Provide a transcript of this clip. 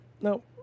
No